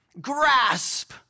grasp